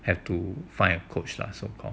have to find a coach lah so called